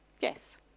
yes